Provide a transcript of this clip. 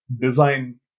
design